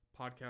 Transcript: podcast